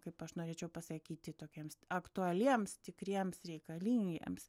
kaip aš norėčiau pasakyti tokiems aktualiems tikriems reikalingiems